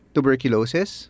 Tuberculosis